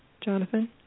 Jonathan